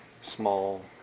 small